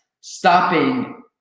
stopping –